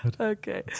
okay